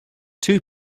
two